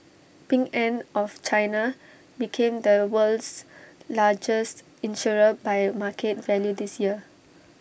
Ping an of China became the world's largest insurer by market value this year